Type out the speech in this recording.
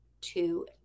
two